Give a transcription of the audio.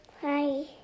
hi